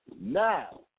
Now